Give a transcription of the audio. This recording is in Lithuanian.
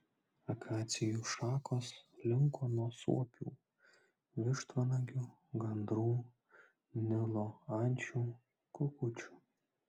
akacijų šakos linko nuo suopių vištvanagių gandrų nilo ančių kukučių